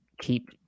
keep